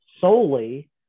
solely